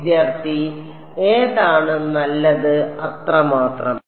വിദ്യാർത്ഥി ഏതാണ് നല്ലത് അത്രമാത്രം